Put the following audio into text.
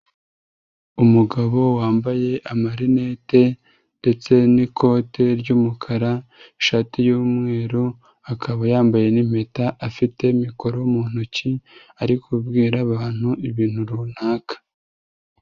Umugabo wambaye amarinete ndetse n'ikote ry'umukara, ishati y'umweru, akaba yambaye n'impeta, afite mikoro mu ntoki, ari kubwira abantu ibintu runaka.